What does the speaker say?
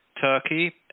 Turkey